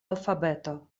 alfabeto